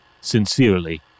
Sincerely